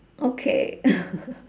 okay